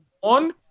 one